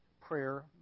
prayer